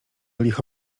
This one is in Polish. licho